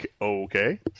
Okay